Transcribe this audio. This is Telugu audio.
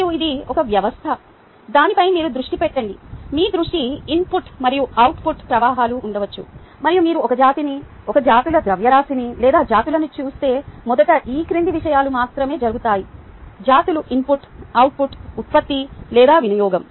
మరియు ఇది ఒక వ్యవస్థ దానిపై మీరు దృష్టి పెట్టండి మీ దృష్టి ఇన్పుట్ మరియు అవుట్పుట్ ప్రవాహాలు ఉండవచ్చు మరియు మీరు ఒక జాతిని ఒక జాతుల ద్రవ్యరాశిని లేదా జాతులను చూస్తే మొదట ఈ క్రింది విషయాలు మాత్రమే జరుగుతాయి జాతులు ఇన్పుట్ అవుట్పుట్ ఉత్పత్తి లేదా వినియోగం